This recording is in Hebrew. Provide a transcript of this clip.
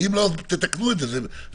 אם הם יסרבו לקחת את זה הם ילכו למלונית.